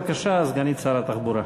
בבקשה, סגנית שר התחבורה.